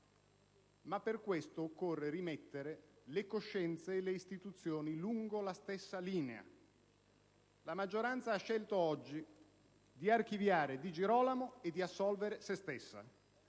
Ma per questo occorre rimettere le coscienze e le istituzioni lungo la stessa linea. La maggioranza ha scelto oggi di archiviare Di Girolamo e di assolvere se stessa;